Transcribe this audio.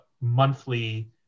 monthly